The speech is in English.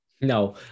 No